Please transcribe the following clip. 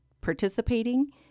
participating